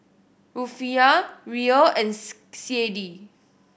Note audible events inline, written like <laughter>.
Rufiyaa Riel and <unintelligible> C A D